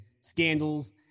scandals